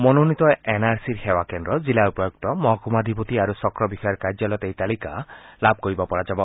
মনোনীত N R চিৰ সেৱা কেন্দ্ৰ জিলা উপায়ুক্ত মহকুমাধিপতি আৰু চক্ৰবিষয়াৰ কাৰ্যালয়ত এই তালিকা লাভ কৰিব পৰা যাব